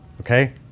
Okay